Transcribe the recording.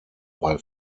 bei